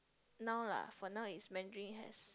now lah for now is Mandarin has